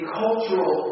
cultural